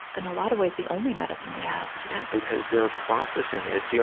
in a lot of ways, the only medicine we have. yeah, because they're processing it. it's yeah